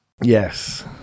Yes